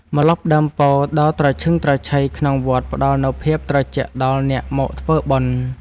ម្លប់ដើមពោធិ៍ដ៏ត្រឈឹងត្រឈៃក្នុងវត្ត ផ្តល់នូវភាពត្រជាក់ដល់អ្នកមកធ្វើបុណ្យ។